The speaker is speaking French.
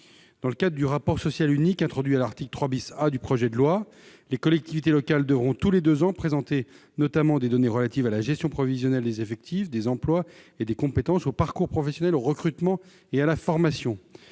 Dans le cadre du rapport social unique introduit par l'article 3 A, les collectivités locales devront présenter, tous les deux ans, des données relatives à la gestion prévisionnelle des effectifs, des emplois et des compétences, aux parcours professionnels, aux recrutements et à la formation.